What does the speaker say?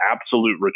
absolute